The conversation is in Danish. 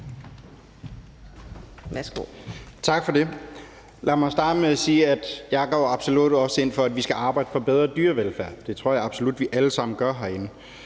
Tak for det. Lad mig starte med at sige, at jeg absolut også går ind for, at vi skal arbejde for bedre dyrevelfærd. Det tror jeg absolut vi alle sammen gør herinde.